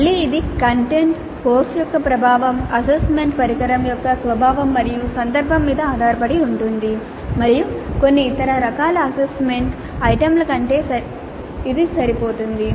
మళ్ళీ ఇది content course యొక్క స్వభావం అసెస్మెంట్ పరికరం యొక్క స్వభావం మరియు సందర్భం మీద ఆధారపడి ఉంటుంది మరియు కొన్ని ఇతర రకాల అసెస్మెంట్ ఐటెమ్ల కంటే ఇది సరిపోతుంది